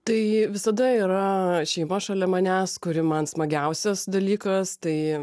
tai visada yra šeima šalia manęs kuri man smagiausias dalykas tai